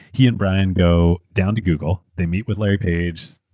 he and brian go down to google. they meet with larry page,